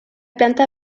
planta